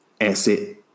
asset